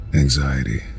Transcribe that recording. anxiety